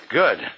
good